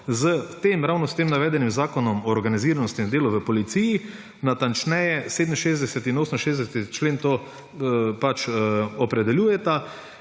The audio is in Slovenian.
skladu ravno s tem navedenem Zakonu o organiziranosti in delu v policiji, natančneje 67. in 68. člen to pač opredeljujeta,